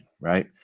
right